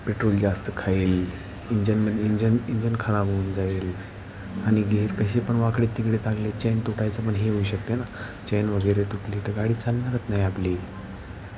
petrol जास्त खाईल इंजनमन इंजन इंजन खराब होऊन जाईल आणि गेअर पैसेपण वाकडे तिकडे टाकले चेन तुटायचंपण हे होऊ शकते ना चैनवगैरे तुटली तर गाडी चालणारच नाही आपली